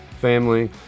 family